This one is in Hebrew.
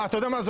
אתה יודע מה,